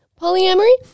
polyamory